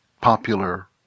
popular